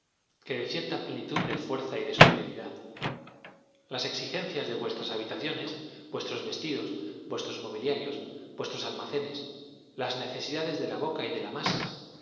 que de cierta pie nitud de fuerza y de superioridad las exigencias de vuestras habitaciones vuestros vestidos vuestros mobiliarios vuestros almacenes las necesidades de la boca y de la masa